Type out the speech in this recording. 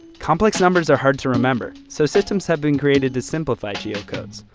complex numbers ah hard to remember, so systems have been created to simplify geocodes.